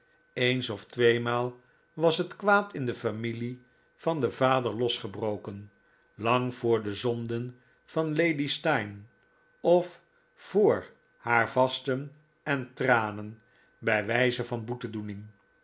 eens of tweemaal was het kwaad in de familie van den vader losgebroken lang voor de zonden van lady steyne of voor haar vasten en tranen bij wijze van boetedoening